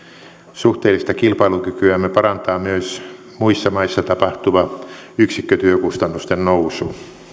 suhteellista kilpailukykyämme parantaa myös muissa maissa tapahtuva yksikkötyökustannusten nousu